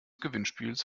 gewinnspiels